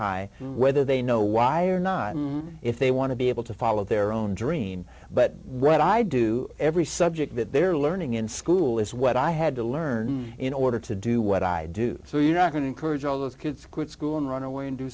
high whether they know why or not if they want to be able to follow their own dream but what i do every subject that they're learning in school is what i had to learn in order to do what i do so you're not going to encourage all those kids to quit school and run away and do